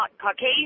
Caucasian